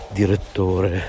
direttore